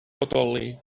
bodoli